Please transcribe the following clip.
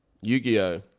Yu-Gi-Oh